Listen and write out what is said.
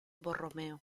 borromeo